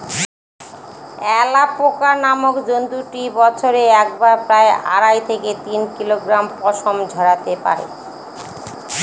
alpaca নামক জন্তুটি বছরে একবারে প্রায় আড়াই থেকে তিন কিলোগ্রাম পশম ঝোরাতে পারে